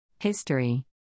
History